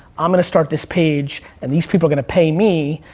i'm gonna start this page, and these people are gonna pay me,